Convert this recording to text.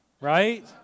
right